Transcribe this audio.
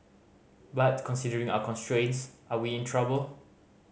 but considering our constraints are we in trouble